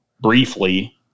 briefly